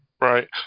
Right